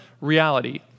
reality